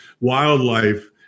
wildlife